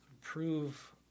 prove